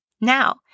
Now